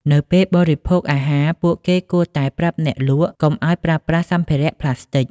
នៅពេលបរិភោគអាហារ ពួកគេគួរតែប្រាប់អ្នកលក់កុំឱ្យប្រើប្រាស់សម្ភារៈប្លាស្ទិក។